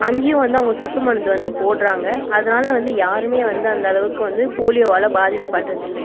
அங்கேயும் வந்து அவங்க சொட்டு மருந்து வந்து போடுகிறாங்க அதனால வந்து யாருமே வந்து அந்தளவுக்கு வந்து போலியோவால் பாதிக்கப்படுறது இல்லை